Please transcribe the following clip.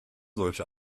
solche